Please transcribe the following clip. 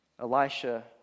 Elisha